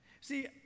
See